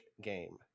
game